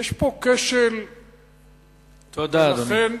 יש פה כשל תודה, אדוני.